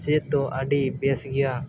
ᱪᱮᱫ ᱫᱚ ᱟᱹᱰᱤ ᱵᱮᱥ ᱜᱮᱭᱟ